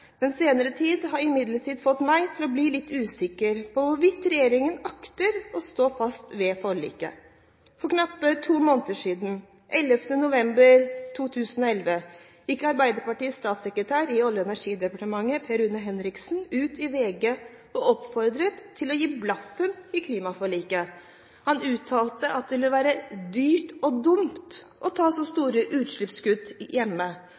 den senere tid har imidlertid fått meg til å bli usikker på hvorvidt regjeringen akter å stå fast ved forliket. For knappe to måneder siden, 11. november 2011, gikk Arbeiderpartiets statssekretær i Olje- og energidepartementet, Per Rune Henriksen, ut i VG og oppfordret til å gi blaffen i klimaforliket. Han uttalte at det ville være «dyrt og dumt» å ta så store utslippskutt hjemme,